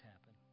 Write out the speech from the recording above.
happen